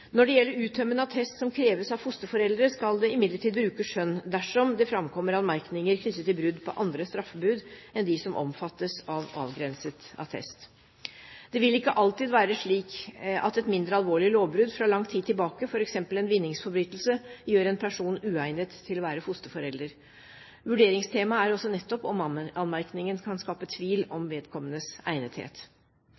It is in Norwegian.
Når det gjelder uttømmende attest som kreves av fosterforeldre, skal det imidlertid brukes skjønn dersom det framkommer anmerkninger knyttet til brudd på andre straffebud enn dem som omfattes av avgrenset attest. Det vil ikke alltid være slik at et mindre alvorlig lovbrudd fra lang tid tilbake – f.eks. en vinningsforbrytelse – gjør en person uegnet til å være fosterforelder. Vurderingstemaet er også nettopp om anmerkningen kan skape tvil om